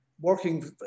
working